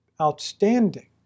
outstanding